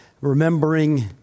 remembering